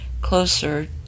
closer